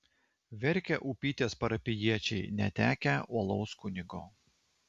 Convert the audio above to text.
verkia upytės parapijiečiai netekę uolaus kunigo